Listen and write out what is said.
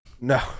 No